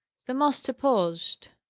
the master paused.